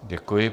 Děkuji.